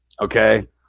Okay